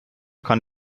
kann